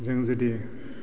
जों जुदि